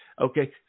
okay